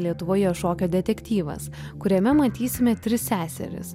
lietuvoje šokio detektyvas kuriame matysime tris seseris